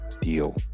deal